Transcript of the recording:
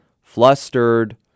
flustered